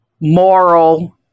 moral